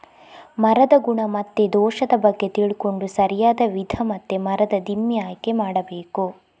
ಮರದ ಗುಣ ಮತ್ತೆ ದೋಷದ ಬಗ್ಗೆ ತಿಳ್ಕೊಂಡು ಸರಿಯಾದ ವಿಧ ಮತ್ತೆ ಮರದ ದಿಮ್ಮಿ ಆಯ್ಕೆ ಮಾಡಬೇಕು